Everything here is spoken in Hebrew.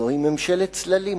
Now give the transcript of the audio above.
זוהי ממשלת צללים.